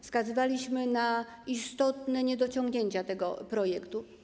Wskazywaliśmy na istotne niedociągnięcia tego projektu.